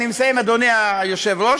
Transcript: אני מסיים, אדוני היושב-ראש.